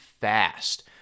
fast